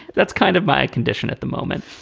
that's kind of my condition at the moment.